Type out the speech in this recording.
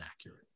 accurate